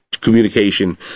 communication